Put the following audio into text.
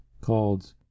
called